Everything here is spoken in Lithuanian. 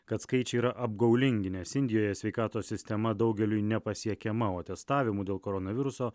kad skaičiai yra apgaulingi nes indijoje sveikatos sistema daugeliui nepasiekiama o testavimų dėl koronaviruso